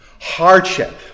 hardship